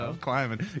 climbing